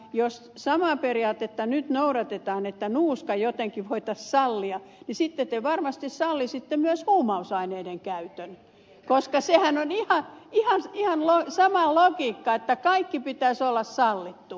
jos samaa periaatetta nyt noudatetaan että nuuska jotenkin voitaisiin sallia niin sitten te varmasti sallisitte myös huumausaineiden käytön koska sehän on ihan sama logiikka kaiken pitäisi olla sallittua